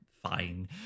fine